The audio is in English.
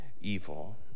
evil